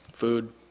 Food